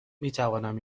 میتوانم